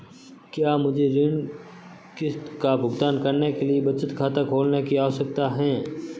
क्या मुझे ऋण किश्त का भुगतान करने के लिए बचत खाता खोलने की आवश्यकता है?